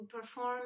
perform